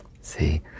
See